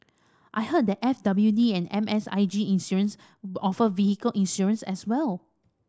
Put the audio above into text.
I heard that F W D and M S I G Insurance offer vehicle insurance as well